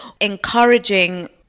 encouraging